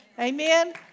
Amen